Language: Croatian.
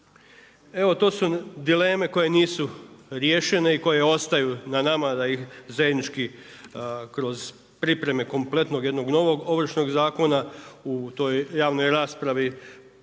Evo tu su dileme koje nisu riješene ikoje ostaju na nama da ih zajednički kroz pripreme kompletno jednog novog Ovršnog zakona u toj javnoj raspravi